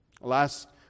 Last